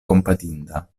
kompatinda